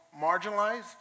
marginalized